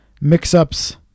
mix-ups